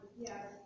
Yes